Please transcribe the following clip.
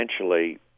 essentially